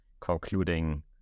concluding